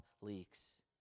leaks